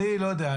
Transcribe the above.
אז אני לא יודע.